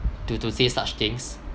to to say such things